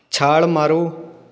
ਛਾਲ ਮਾਰੋ